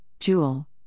Jewel